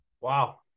Wow